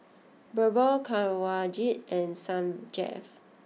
Birbal Kanwaljit and Sanjeev